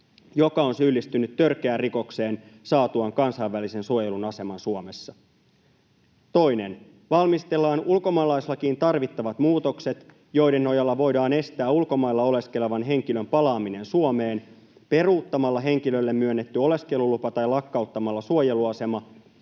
joka on syyllistynyt törkeään rikokseen saatuaan kansainvälisen suojelun aseman Suomessa.” 2) ”Valmistellaan ulkomaalaislakiin tarvittavat muutokset, joiden nojalla voidaan estää ulkomailla oleskelevan henkilön palaaminen Suomeen peruuttamalla henkilölle myönnetty oleskelulupa tai lakkauttamalla suojeluasema,